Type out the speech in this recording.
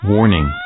Warning